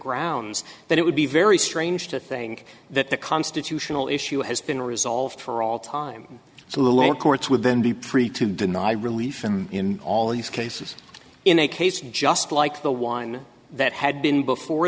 grounds that it would be very strange to think that the constitutional issue has been resolved for all time so the lower courts would then be pretty to deny relief and in all these cases in a case just like the one that had been before